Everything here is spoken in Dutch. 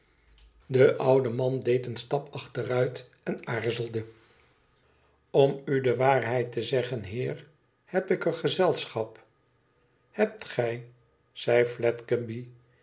de oude man deed een stap achteruit en aarzelde lom tt de waarheid te zeggen heer heb ik er gezelschap ihebt gij zei